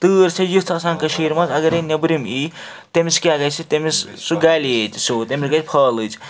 تۭر چھےٚ یِژھ آسان کٔشیٖرِ منٛز اگرے نیٚبرِم ایی تٔمِس کیٛاہ گژھِ تٔمِس سُہ گَلہِ ییٚتہِ سیوٚد تٔمِس گٔے فالٕج